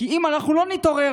כי אם אנחנו לא נתעורר,